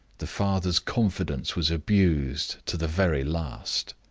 the father's confidence was abused to the very last.